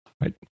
right